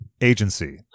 agency